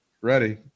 Ready